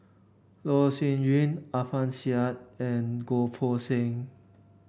Loh Sin Yun Alfian Sa'at and Goh Poh Seng